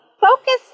Focus